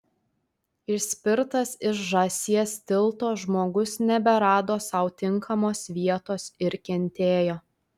išspirtas iš žąsies tilto žmogus neberado sau tinkamos vietos ir kentėjo